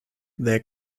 their